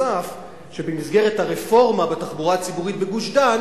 במסגרת הרפורמה בתחבורה הציבורית בגוש-דן